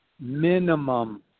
Minimum